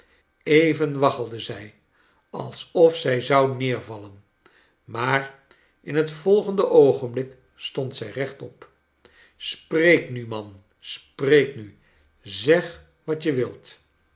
even waggelde zij alsof zij zou neervalle maar in het volgende oogenblik stond zij rechtop spreek nu man spreek nu zeg wat je wilt